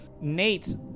Nate